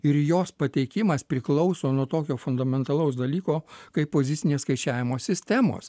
ir jos pateikimas priklauso nuo tokio fundamentalaus dalyko kaip pozicinės skaičiavimo sistemos